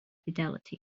fidelity